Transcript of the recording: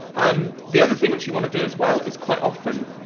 um the other thing which you wanna do as well is quite often,